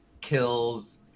kills